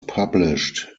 published